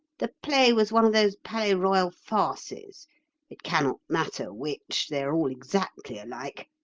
the play was one of those palais royal farces it cannot matter which, they are all exactly alike.